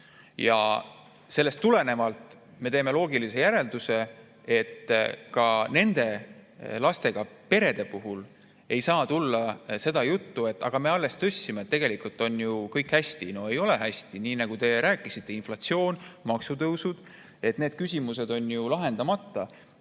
Sellest tulenevalt me teeme loogilise järelduse, et ka lastega perede puhul ei saa olla seda juttu, et aga me alles tõstsime, tegelikult on ju kõik hästi. No ei ole hästi. Nii nagu te rääkisite: inflatsioon, maksutõusud. Need küsimused on ju lahendamata.